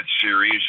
series